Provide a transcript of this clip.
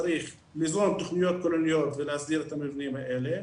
צריך ליזום תכניות כוללניות ולהסדיר את המבנים האלה.